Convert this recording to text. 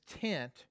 tent